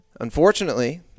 Unfortunately